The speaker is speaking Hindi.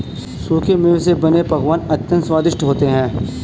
सूखे मेवे से बने पकवान अत्यंत स्वादिष्ट होते हैं